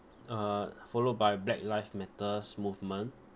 uh follow by black live matters movement